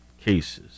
cases